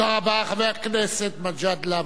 חבר הכנסת מג'אדלה, בבקשה.